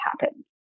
happen